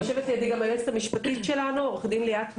יושבת לידי היועצת המשפטית שלנו, עו"ד ליאת נובק,